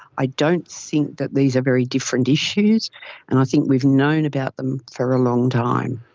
i don't think that these are very different issues and i think we've known about them for a long time.